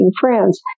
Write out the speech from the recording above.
friends